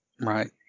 Right